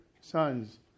sons